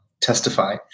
testify